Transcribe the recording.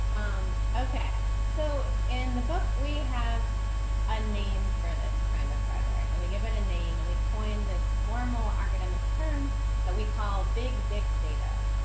um, okay. so in the book, we have a name for this kind of rhetoric and we give it a name. and we coin this formal academic term that we call big dick data.